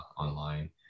online